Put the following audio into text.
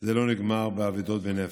זה לא נגמר באבדות בנפש.